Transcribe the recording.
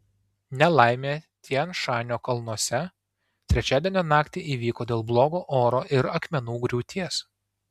nelaimė tian šanio kalnuose trečiadienio naktį įvyko dėl blogo oro ir akmenų griūties